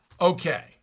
Okay